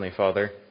Father